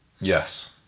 Yes